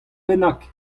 bennak